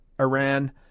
Iran